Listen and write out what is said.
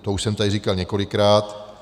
To už jsem tady říkal několikrát.